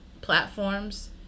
platforms